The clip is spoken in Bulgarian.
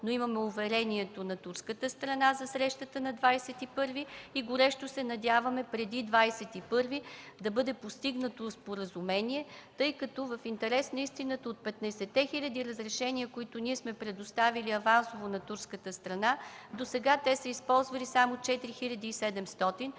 но имаме уверението на турската страна за срещата на 21-ви и горещо се надяваме преди 21-ви да бъде постигнато споразумение, тъй като в интерес на истината, от 15-те хиляди разрешения, които ние сме предоставили авансово на турската страна, досега те са използвали само 4700,